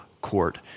Court